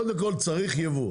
קודם כל, צריך ייבוא.